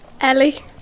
Ellie